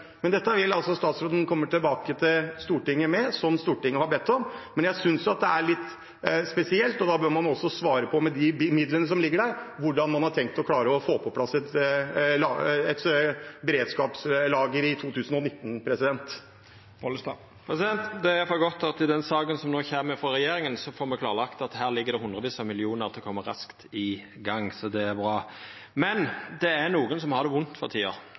Men dette vil altså statsråden komme tilbake til Stortinget med, som Stortinget har bedt om. Men jeg synes det er litt spesielt, og man bør svare på hvordan man har tenkt å klare å få på plass et beredskapslager i 2019 med de midlene som ligger der. Det er iallfall godt at i den saka som no kjem frå regjeringa, får me klarlagt at det her ligg hundrevis av millionar til å koma raskt i gang, så det er bra. Det er nokon som har det vondt for